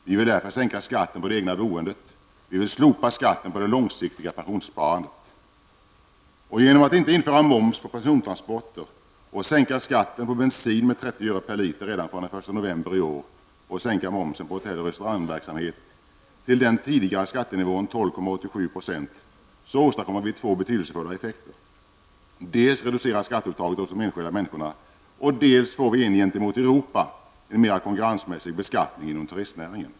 Vi vill därför sänka skatten på det egna boendet. Vi vill slopa skatten på det långsiktiga pensionssparandet. Genom att inte införa moms på persontransporter, genom att sänka skatten på bensin med 30 öre per liter redan från den 1 november i år och genom att sänka momsen på hotell och restaurangverksamhet till den tidigare skattenivån, 12,87 %, åstadkommer vi två betydelsefulla effekter. Dels reduceras skatteuttaget hos de enskilda människorna. Dels får vi en gentemot Europa mera konkurrensmässig beskattning inom turistnäringen.